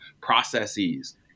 processes